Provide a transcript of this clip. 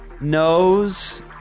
knows